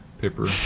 paper